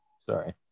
Sorry